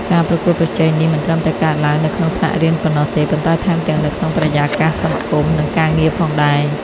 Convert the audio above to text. ការប្រកួតប្រជែងនេះមិនត្រឹមតែកើតឡើងនៅក្នុងថ្នាក់រៀនប៉ុណ្ណោះទេ ប៉ុន្តែថែមទាំងនៅក្នុងបរិយាកាសសង្គម និងការងារផងដែរ។